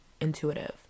intuitive